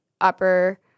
upper